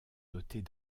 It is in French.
dotés